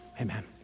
Amen